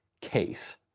case